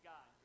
God